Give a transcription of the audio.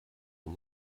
nun